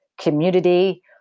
community